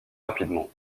rapidement